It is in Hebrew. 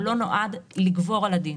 הוא לא נועד לגבור על הדין.